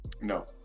no